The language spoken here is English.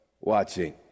watching